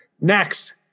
Next